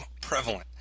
prevalent